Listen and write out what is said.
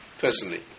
personally